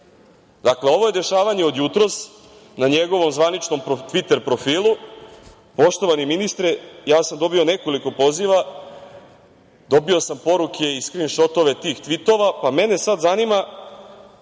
ovo je dešavanje od jutros, na njegovom zvaničnom Tviter profilu. Poštovani ministre, ja sam dobio nekoliko poziva, poruke i skrinšotove tih tvitova, pa mene sad zanima